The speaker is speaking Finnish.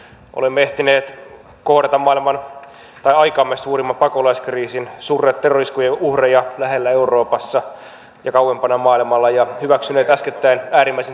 olemme ehtineet kohdata aikamme suurimman pakolaiskriisin surra terrori iskujen uhreja lähellä euroopassa ja kauempana maailmalla ja hyväksyneet äskettäin äärimmäisen tärkeän ilmastosopimuksen